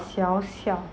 笑笑